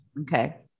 Okay